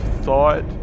thought